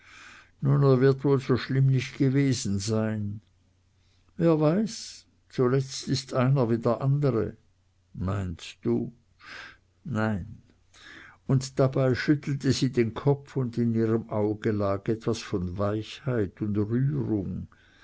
nun er wird wohl so schlimm nicht gewesen sein wer weiß zuletzt ist einer wie der andere meinst du nein und dabei schüttelte sie den kopf und in ihrem auge lag etwas von weichheit und rührung